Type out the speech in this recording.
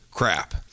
Crap